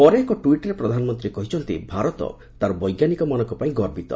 ପରେ ଏକ ଟ୍ୱିଟ୍ରେ ପ୍ରଧାନମନ୍ତ୍ରୀ କହିଛନ୍ତି ଭାରତ ତା'ର ବୈଜ୍ଞାନିକମାନଙ୍କ ପାଇଁ ଗର୍ବିତ